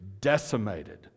decimated